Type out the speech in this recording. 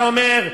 אתה אומר,